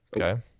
Okay